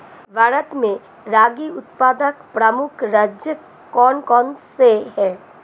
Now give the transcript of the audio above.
भारत में रागी उत्पादक प्रमुख राज्य कौन कौन से हैं?